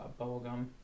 Bubblegum